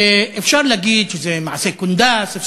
אפשר להגיד שזה מעשה קונדס.